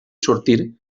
sortir